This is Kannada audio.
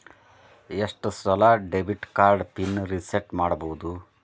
ಎಷ್ಟ ಸಲ ಡೆಬಿಟ್ ಕಾರ್ಡ್ ಪಿನ್ ರಿಸೆಟ್ ಮಾಡಬೋದು